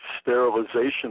sterilization